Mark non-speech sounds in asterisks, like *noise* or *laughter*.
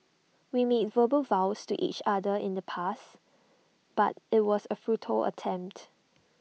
we made verbal vows to each other in the past but IT was A *unintelligible* attempt